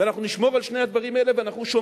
ואנחנו נשמור על שני הדברים האלה,